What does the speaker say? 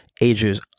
ages